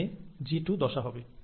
এখানে জিটু দশা হবে